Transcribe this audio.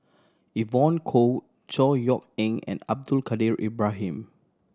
Evon Kow Chor Yeok Eng and Abdul Kadir Ibrahim